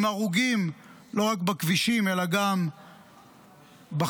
עם הרוגים לא רק בכבישים אלא גם בחיים,